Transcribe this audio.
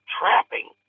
trapping